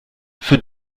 für